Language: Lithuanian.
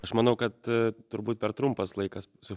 aš manau kad turbūt per trumpas laikas su